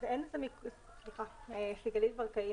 סיגלית ברקאי,